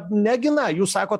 negina jūs sakot